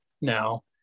now